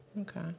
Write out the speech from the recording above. Okay